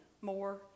more